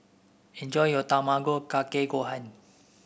enjoy your Tamago Kake Gohan